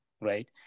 Right